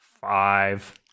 Five